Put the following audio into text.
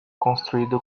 construído